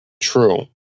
True